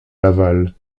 laval